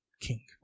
king